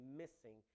missing